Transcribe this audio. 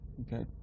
okay